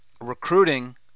Recruiting